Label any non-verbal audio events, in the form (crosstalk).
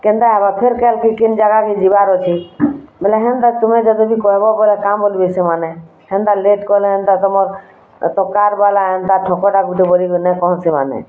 କେନ୍ତା ଅଫର୍ (unintelligible) କେନ୍ ଜାଗାର ଯିବାର୍ ଅଛିଁ ବୋଲେ ହେନ୍ତା ତୁମେ ଯଦି କହିବ କା ବୋଲିଁବେ ସେମାନେ ହେନ୍ତା ଲେଟ୍ କଲେ ହେନ୍ତା ତମର୍ କାର୍ବାଲା ଏନ୍ତା ଠକଟା ବୋଲି ଗୋଟେ କହନ୍ତି ସେମାନେ